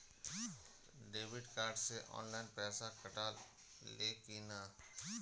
Debit card से online पैसा कटा ले कि ना?